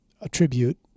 attribute